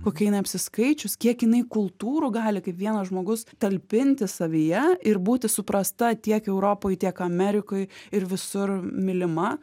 kokia jinai apsiskaičius kiek jinai kultūrų gali kaip vienas žmogus talpinti savyje ir būti suprasta tiek europoj tiek amerikoj ir visur mylima